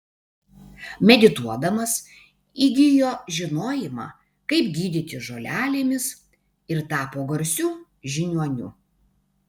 medituodamas įgijo žinojimą kaip gydyti žolelėmis ir tapo garsiu žiniuoniu